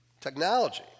technology